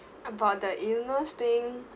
about the illness thing